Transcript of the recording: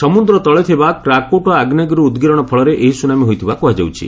ସମୁଦ୍ର ତଳେ ଥିବା କ୍ରାକାଟୋଆ ଆଗ୍ରେୟଗିରିରୁ ଉଦ୍ଗୀରଣ ଫଳରେ ଏହି ସୁନାମୀ ହୋଇଥିବା କୁହାଯାଉଛି